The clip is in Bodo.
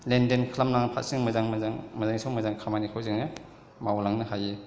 लेनदेन खालामना फारसेथिं मोजां मोजां माने मोजां खामानिखौ जोङो मावलांनो हायो